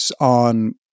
on